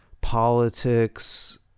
politics